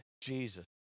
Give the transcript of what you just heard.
Jesus